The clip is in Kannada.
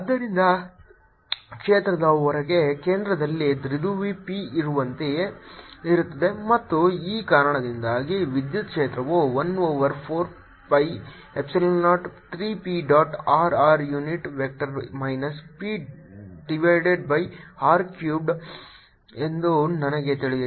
ಆದ್ದರಿಂದ ಕ್ಷೇತ್ರದ ಹೊರಗೆ ಕೇಂದ್ರದಲ್ಲಿ ದ್ವಿಧ್ರುವಿ p ಇರುವಂತೆಯೇ ಇರುತ್ತದೆ ಮತ್ತು ಈ ಕಾರಣದಿಂದಾಗಿ ವಿದ್ಯುತ್ ಕ್ಷೇತ್ರವು 1 over 4 pi epsilon 0 3 p dot r r unit vector minus p divided by r cubed ಎಂದು ನನಗೆ ತಿಳಿದಿದೆ